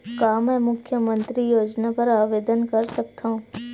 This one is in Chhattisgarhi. का मैं मुख्यमंतरी योजना बर आवेदन कर सकथव?